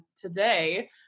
today